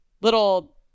little